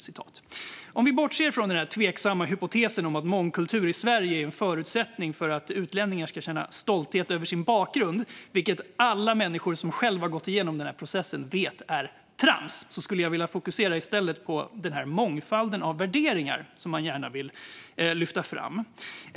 Vi kan bortse från den tveksamma hypotesen att mångkultur i Sverige är en förutsättning för att utlänningar ska känna stolthet över sin bakgrund, vilket alla människor som själva har gått igenom den processen vet är trams. I stället vill jag fokusera på den mångfald av värderingar som man gärna vill lyfta fram.